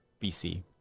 BC